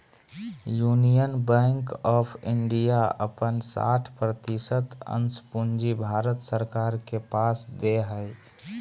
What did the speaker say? union Bank of India अपन साठ प्रतिशत अंश पूंजी भारत सरकार के पास दे हइ